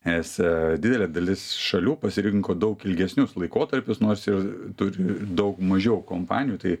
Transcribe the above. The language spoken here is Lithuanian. nes didelė dalis šalių pasirinko daug ilgesnius laikotarpius nors ir turi daug mažiau kompanijų tai